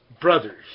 brothers